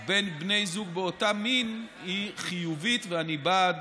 בין בני זוג מאותו מין היא חיובית, ואני בעד